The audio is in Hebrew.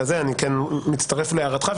אני מצטרף להערתך,